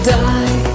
die